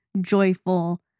joyful